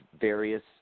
various